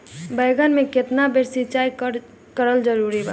बैगन में केतना बेर सिचाई करल जरूरी बा?